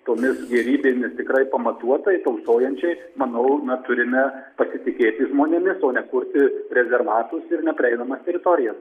tomis gėrybėmis tikrai pamatuotai tausojančiai manau na turime pasitikėti žmonėmis o ne kurti rezervatus ir neprieinamas teritorijas